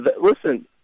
Listen